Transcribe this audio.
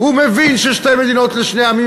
הוא מבין שאם לא יהיו פה שתי מדינות לשני עמים,